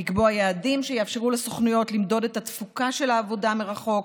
לקבוע יעדים שיאפשרו לסוכנויות למדוד את התפוקה של העבודה מרחוק,